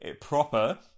proper